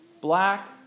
black